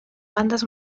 bandas